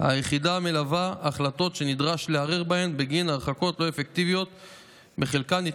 היחידה מלווה החלטות שנדרש לערער עליהם בגין הרחקות לא אפקטיביות בחלקן.